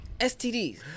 STDs